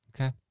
Okay